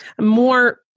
More